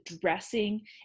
dressing